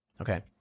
Okay